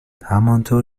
همانطور